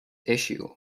issue